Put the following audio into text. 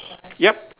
yup